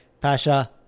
Pasha